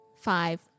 five